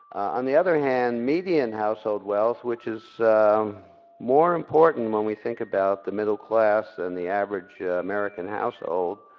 on the other hand, median household wealth, which is more important when we think about the middle class and the average american household.